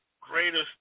greatest